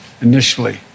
initially